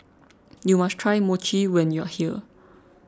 you must try Mochi when you are here